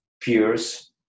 peers